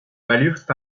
valurent